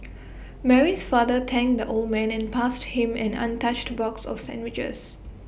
Mary's father thanked the old man and passed him an untouched box of sandwiches